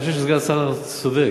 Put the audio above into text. אני חושב שסגן השר צודק,